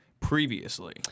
Previously